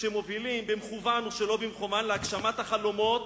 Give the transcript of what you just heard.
שמובילות במכוון או שלא במכוון להגשמת החלומות